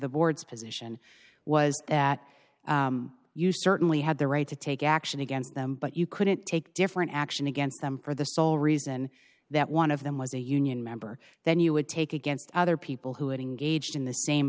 the board's position was that you certainly had the right to take action against them but you couldn't take different action against them for the sole reason that one of them was a union member then you would take against other people who